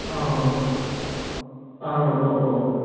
औ औ अ अ औ